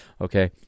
okay